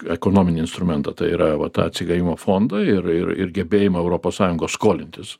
ekonominį instrumentą tai yra va tą atsigavimo fondą ir ir ir gebėjimą europos sąjungos skolintis